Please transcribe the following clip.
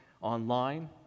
online